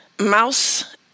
mouse